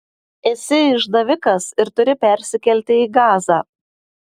esi išdavikas ir turi persikelti į gazą